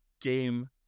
game